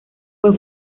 fue